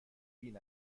بین